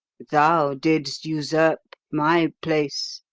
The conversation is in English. thou didst usurp my place,